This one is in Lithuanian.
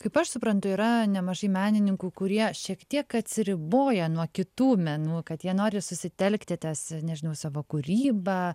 kaip aš suprantu yra nemažai menininkų kurie šiek tiek atsiriboja nuo kitų menų kad jie nori susitelkti ties nežinau savo kūryba